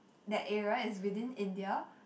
that area is within India